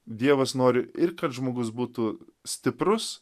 dievas nori ir kad žmogus būtų stiprus